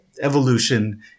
evolution